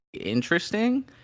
interesting